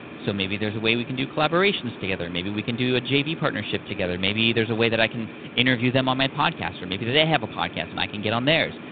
so maybe there's a way we can do collaborations together. maybe we can do a jv partnership together. maybe there's a way that i can interview them on my podcast, or maybe they have a podcast and i can get on theirs.